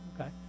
okay